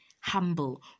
humble